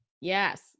Yes